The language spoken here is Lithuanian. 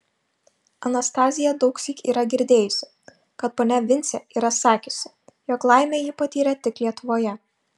anastazija daugsyk yra girdėjusi kad ponia vincė yra sakiusi jog laimę ji patyrė tik lietuvoje